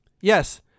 Yes